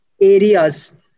areas